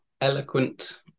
Eloquent